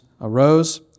arose